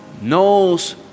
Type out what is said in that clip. knows